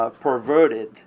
Perverted